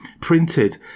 printed